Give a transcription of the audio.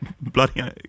bloody